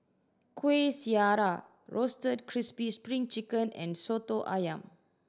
Kueh Syara Roasted Crispy Spring Chicken and Soto Ayam